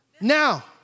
Now